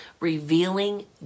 revealing